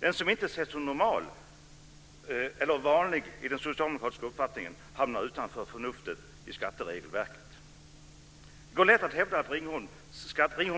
Den som inte ses som normal eller vanlig i socialdemokratisk uppfattning hamnar utanför förnuftet i skatteregelverket. Det går lätt att hävda att Ringholms